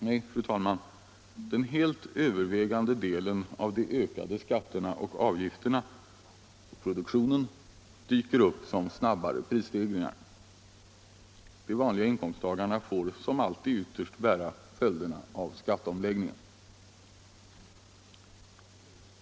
Nej, fru talman, den helt övervägande delen av de ökade skatterna och avgifterna på produktionen dyker upp som snabbare prisstegringar. De vanliga inkomsttagarna får som alltid ytterst bära följderna av skatteomläggningen.